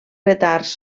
retards